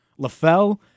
LaFell